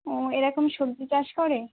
ও এরকম সবজি চাষ করে